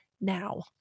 now